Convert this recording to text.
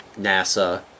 NASA